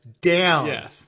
down